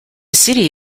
city